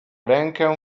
rękę